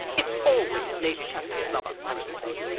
it's always lady chatterley's lover, i riposted,